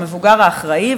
המבוגר האחראי,